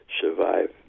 survive